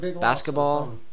basketball